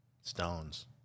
Stones